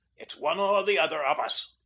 it's one or the other of us,